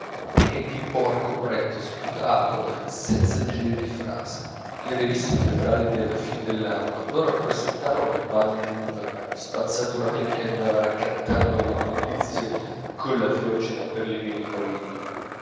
e di porco pretto sputato senza giri di frase le riviste teatrali della fin dell'anno lo rappresentarono nei panni d'uno spazzaturaio che andava raccattando le immondizie colla fiocina per le vie di parigi